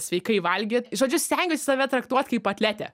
sveikai valgyt žodžiu stengiuosi save traktuot kaip atletę